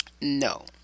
no